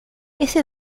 ese